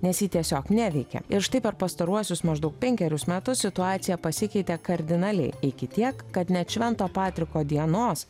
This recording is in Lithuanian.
nes ji tiesiog neveikia ir štai per pastaruosius maždaug penkerius metus situacija pasikeitė kardinaliai iki tiek kad net švento patriko dienos